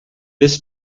this